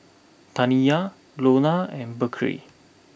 Zaniyah Lonna and Berkley